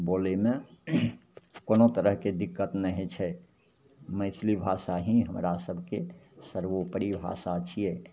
बोलैमे कोनो तरहके दिक्कत नहि होइ छै मैथिली भाषा ही हमरा सभके सर्वोपरि भाषा छिए